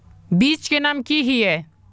बीज के नाम की हिये?